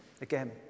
again